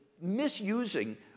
misusing